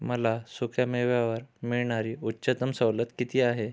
मला सुक्यामेव्यावर मिळणारी उच्चतम सवलत किती आहे